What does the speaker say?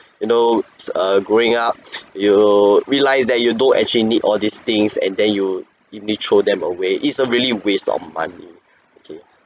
you know growing up you realise that you don't actually need all these things and then you eventually throw them away it's a really waste of money okay